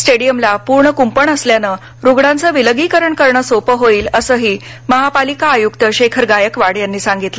स्टेडियमला पूर्णपणे कुंपण असल्याने रुग्णांचं विलगीकरण करणं सोपं होईल असंही महापालिका आयुक्त शेखर गायकवाड यांनी सांगितलं